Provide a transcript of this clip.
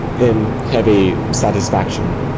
in heavy satisfaction,